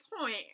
point